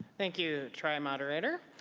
thank you, tri-mod rater.